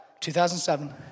2007